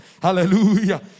Hallelujah